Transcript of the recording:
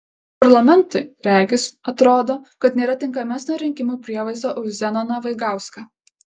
parlamentui regis atrodo kad nėra tinkamesnio rinkimų prievaizdo už zenoną vaigauską